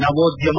ನವೋದ್ಯಮ